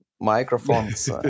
microphones